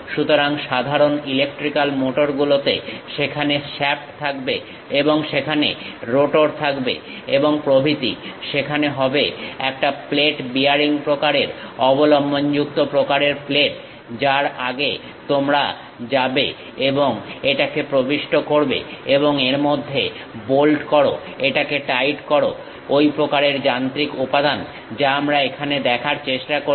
সুতরাং সাধারণ electrical motor গুলোতে সেখানে শ্যাফট থাকবে এবং সেখানে রোটর থাকবে এবং প্রভৃতি সেখানে হবে একটা প্লেট বিয়ারিং প্রকারের অবলম্বন যুক্ত প্রকারের প্লেট যার আগে তোমরা যাবে এবং এটাকে প্রবিষ্ট করো এবং এর মধ্যে বোল্ট করো এটাকে টাইট করো ঐ প্রকারের যান্ত্রিক উপাদান যা আমরা এখানে দেখার চেষ্টা করছি